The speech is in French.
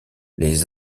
les